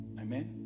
Amen